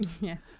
Yes